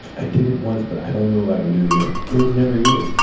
i did it once but i don't know if i can do it again. it was never you.